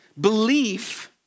Belief